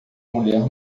mulher